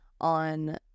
on